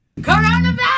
Coronavirus